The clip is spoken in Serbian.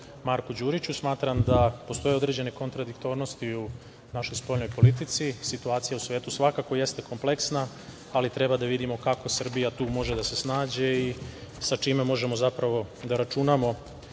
Marku Đuriću. Smatram da postoje određene kontradiktornosti u našoj spoljnoj politici. Situacija u svetu svakako jeste kompleksna, ali kako jeste kompleksna, treba da vidimo kako Srbija tu može da se snađe i sa čime možemo zapravo da računamo